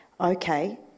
okay